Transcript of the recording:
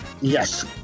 Yes